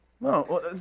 No